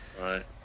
Right